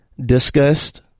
discussed